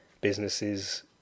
businesses